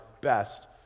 best